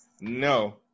No